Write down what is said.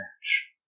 match